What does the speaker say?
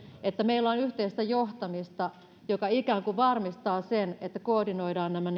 että meillä on yhteistä johtamista joka ikään kuin varmistaa sen että koordinoidaan nämä